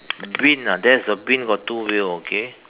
green lah there's a bin got two wheel okay